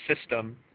system